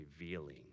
revealing